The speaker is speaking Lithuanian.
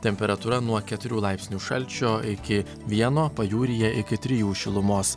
temperatūra nuo keturių laipsnių šalčio iki vieno pajūryje iki trijų šilumos